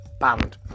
band